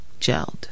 gelled